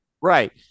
Right